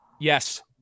Yes